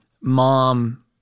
mom